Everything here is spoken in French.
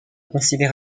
considère